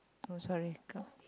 oh sorry cup